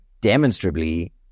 demonstrably